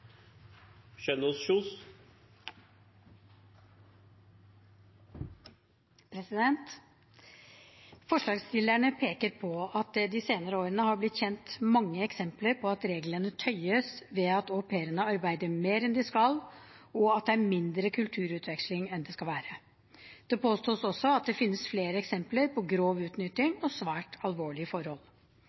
inntil 3 minutter. Forslagsstillerne peker på at det de senere årene har blitt kjent mange eksempler på at reglene tøyes ved at au pairene arbeider mer enn de skal, og at det er mindre kulturutveksling enn det skal være. Det påstås også at det finnes flere eksempler på grov utnytting og svært alvorlige forhold.